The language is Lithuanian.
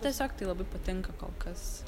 tiesiog tai labai patinka kol kas